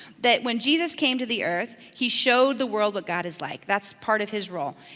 that when jesus came to the earth, he showed the world what god is like. that's part of his role,